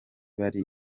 bari